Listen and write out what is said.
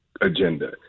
agenda